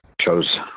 chose